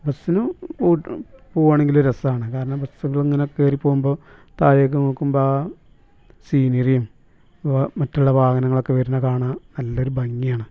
ബസ്സിനു പോയിട്ട് പോവുകയാണെങ്കിൽ രസമാണ് കാരണം ബസ്സിൽ ഇങ്ങനെ കയറിപ്പോകുമ്പോൾ താഴേക്ക് നോക്കുമ്പോൾ ആ സീനറിയും അപ്പോൾ മറ്റുള്ള വാഹനങ്ങളൊക്കെ വരുന്നത് കാണാൻ നല്ലൊരു ഭംഗിയാണ്